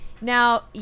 Now